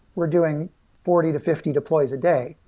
we're doing forty to fifty deploys a day.